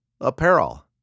Apparel